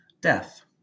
death